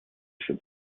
счет